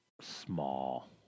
small